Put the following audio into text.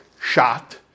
shot